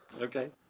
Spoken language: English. Okay